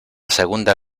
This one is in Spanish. segunda